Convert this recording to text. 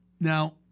now